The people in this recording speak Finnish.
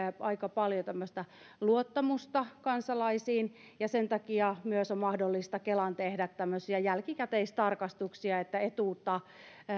aika paljon tämmöistä luottamusta kansalaisiin ja sen takia myös on mahdollista kelan tehdä tämmöisiä jälkikäteistarkastuksia siitä että etuutta